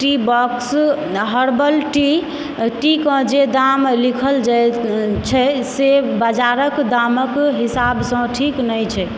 Teabox herbal tea क जे दाम लिखल छै से बजारक दामक हिसाबसँ ठीक नइँ छै